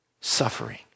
suffering